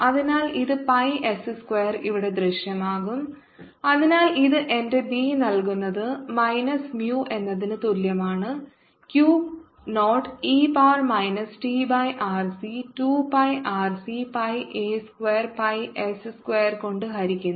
അതിനാൽ ഇത് pi s square ഇവിടെ ദൃശ്യമാകും അതിനാൽ ഇത് എന്റെ B നൽകുന്നത് മൈനസ് mu എന്നതിന് തുല്യമാണ് Q 0 e power minus t by RC 2 pi RC pi a square pi s square കൊണ്ട് ഹരിക്കുന്നു